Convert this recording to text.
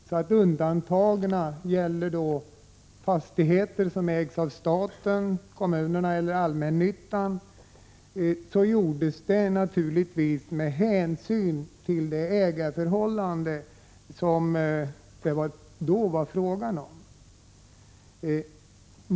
Då undantogs fastigheter som ägs av staten, kommunerna och allmännyttan. Detta gjordes naturligtvis med hänsyn till det ägarförhållande som det då var fråga om.